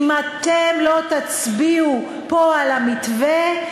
אם אתם לא תצביעו פה על המתווה,